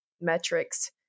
metrics